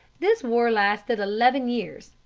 this war lasted eleven years,